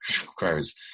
requires